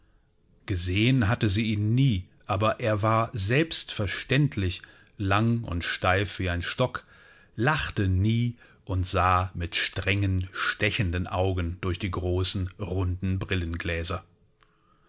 gesehen hat sie ihn nie aber er war selbstverständlich lang und steif wie ein stock lachte nie und sah mit strengen stechenden augen durch große runde brillengläser